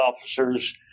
officers